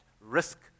risk